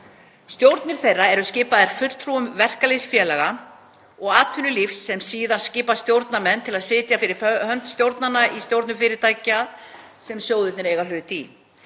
Stjórnir þeirra eru skipaðar fulltrúum verkalýðsfélaga og atvinnulífsins sem síðan skipa stjórnarmenn til að sitja fyrir hönd sjóðanna í stjórnum fyrirtækja sem sjóðirnir eiga hlut í.